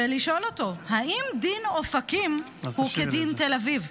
ולשאול אותו: האם דין אופקים הוא כדין תל אביב?